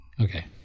Okay